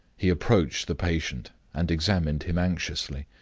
he approached the patient, and examined him anxiously.